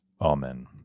Amen